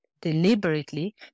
deliberately